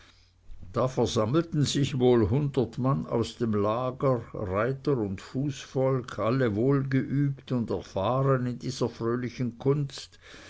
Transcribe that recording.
da versammelten sich wohl hundert mann aus dem lager reiter und fußvolk alle wohl geübt und erfahren in dieser fröhlichen kunst